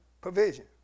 provision